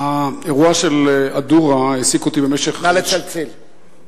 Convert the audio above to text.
האירוע של א-דורה העסיק אותי במשך השנים,